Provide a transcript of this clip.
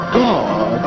god